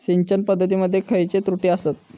सिंचन पद्धती मध्ये खयचे त्रुटी आसत?